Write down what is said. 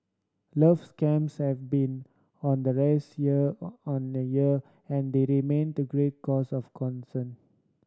love scams have been on the rise year on the year and they remain to great cause of concern